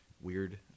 Weird